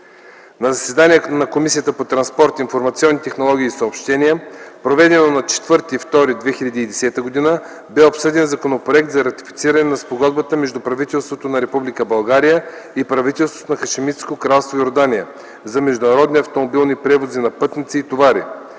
На заседание на Комисията по транспорт, информационни технологии и съобщения, проведено на 04.02.2010 г., бе обсъден Законопроектът за ратифициране на Спогодбата между правителството на Република България и правителството на Хашемитско кралство Йордания за международни автомобилни превози на пътници и товари.